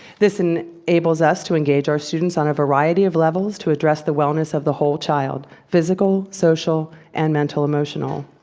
this enables us to engage our students on a variety of levels, to address the wellness of the whole child. physical, social, and mental emotional.